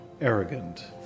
arrogant